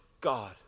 God